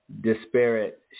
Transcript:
disparate